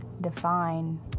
define